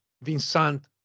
Vincent